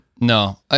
No